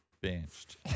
benched